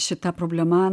šita problema